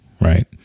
right